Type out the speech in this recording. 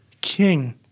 king